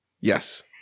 Yes